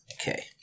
Okay